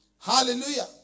Hallelujah